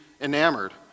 enamored